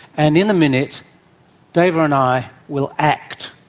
and in a minute dava and i will act